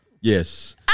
Yes